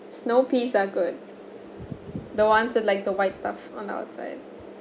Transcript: snow peas are good the ones and like the white stuff on outside